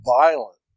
violent